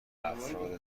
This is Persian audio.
افراد